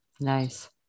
nice